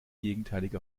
gegenteilige